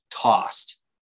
tossed